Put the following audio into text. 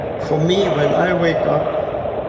for me, when i wake up,